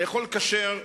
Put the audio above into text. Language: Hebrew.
לאכול כשר,